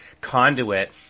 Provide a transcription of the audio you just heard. conduit